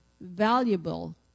valuable